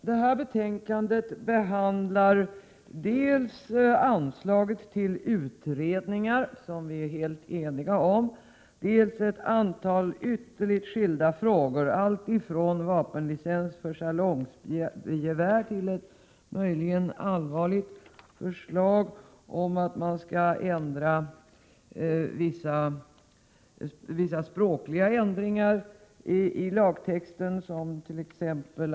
Det här betänkandet behandlar dels anslaget till utredningar, som vi är helt eniga om, dels ett antal ytterligt skilda frågor, allt ifrån vapenlicens för salongsgevär, via ett möjligen allvarligt förslag om vissa språkliga ändringar i lagtexten —t.ex.